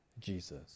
Jesus